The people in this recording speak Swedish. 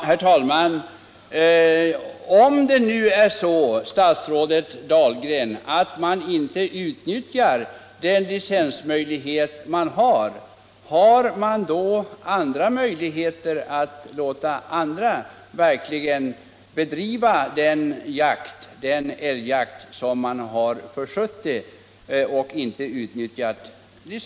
Herr talman! Om det nu är så, statsrådet Dahlgren, att jägarna inte utnyttjar sina licenser, finns det då möjlighet att på annat sätt bedriva den älgjakt som licensinnehavare försuttit?